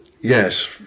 yes